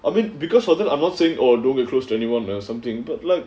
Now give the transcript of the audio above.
I mean because of that I'm not saying oh don't be close to anyone or something but like